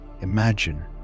Imagine